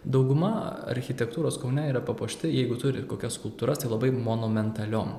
dauguma architektūros kaune yra papuošti jeigu turi ir kokias skulptūras tai labai monomentaliom